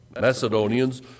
Macedonians